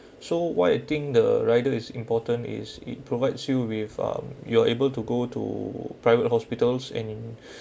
so why you think the rider is important is it provides you with um you are able to go to private hospitals and